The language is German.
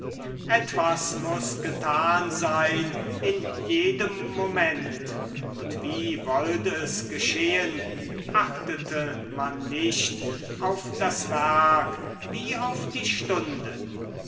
etwas muß getan sein in jedem moment und wie wollt es geschehen achtete man nicht auf das werk wie auf die stunde